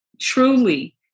truly